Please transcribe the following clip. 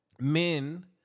men